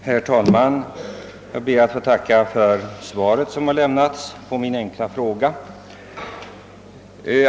Herr talman! Jag ber att få tacka för svaret på min enkla fråga.